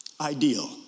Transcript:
ideal